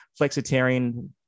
flexitarian